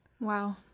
Wow